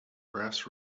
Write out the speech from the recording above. brass